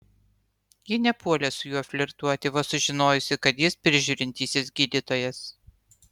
ji nepuolė su juo flirtuoti vos sužinojusi kad jis prižiūrintysis gydytojas